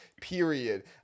period